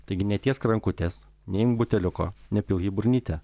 taigi netiesk rankutės neimk buteliuko nepilk į burnytę